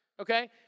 Okay